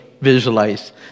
visualize